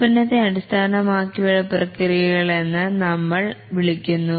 ഉൽപ്പന്നത്തെ അടിസ്ഥാനമാക്കിയുള്ള പ്രക്രിയകൾ എന്ന് നമ്മൾ വിളിക്കുന്നു